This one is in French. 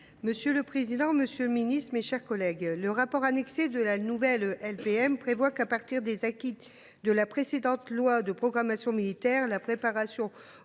Monsieur le président, monsieur le ministre, mes chers collègues, selon le rapport annexé à la nouvelle LPM, « à partir des acquis de la précédente loi de programmation militaire pour